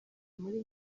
muri